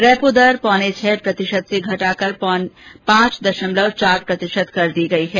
repo दर पौने छह प्रतिशत से घटाकर पांच दशमलव चार प्रतिशत कर दी गई है